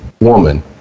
woman